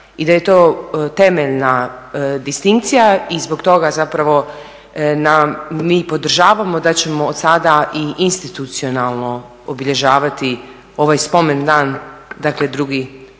I da je to temeljna distinkcija i zbog toga zapravo mi podržavamo da ćemo od sada i institucionalno obilježavati ovaj spomendan dakle 2.